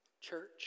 Church